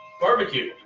Barbecue